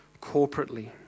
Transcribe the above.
corporately